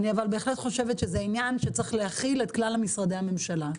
אני בהחלט חושבת שזה עניין שצריך להכיל את כלל משרדי הממשלה.